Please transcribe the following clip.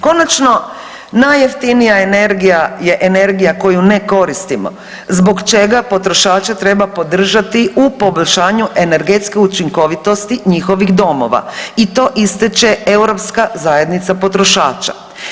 Konačno, najjeftinija energija je energija koju ne koristimo zbog čega potrošače treba podržati u poboljšanju energetske učinkovitosti njihovih domova i to ističe Europska zajednica potrošača.